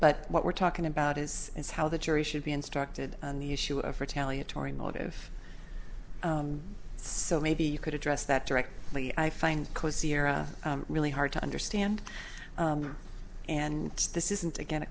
but what we're talking about is is how the jury should be instructed on the issue of retaliatory motive so maybe you could address that directly i find close sierra really hard to understand and this isn't again